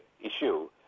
issue